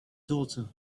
daughter